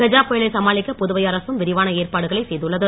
கஜா புயலை சமாளிக்க புதுவை அரசும் விரிவான ஏற்பாடுகளை செய்துள்ளது